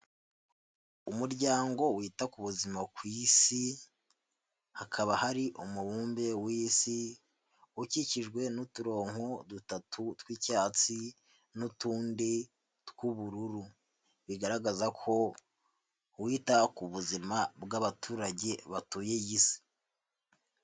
Umuryango wita ku buzima ku Isi, hakaba hari umubumbe w'Isi, ukikijwe n'uturongo dutatu tw'icyatsi, n'utundi tw'ubururu, bigaragaza ko wita ku buzima bw'abaturage batuye iy'Isi.